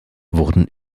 wurden